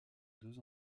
deux